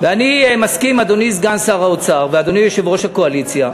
ואני מסכים עם אדוני סגן שר האוצר ואדוני יושב-ראש הקואליציה,